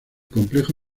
complejo